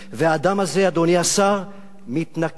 והאדם הזה, אדוני השר, מתנכר,